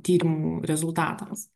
tyrimų rezultatams